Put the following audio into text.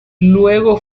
luego